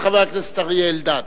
את חבר הכנסת אריה אלדד.